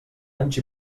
anys